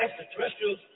extraterrestrials